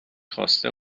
خواسته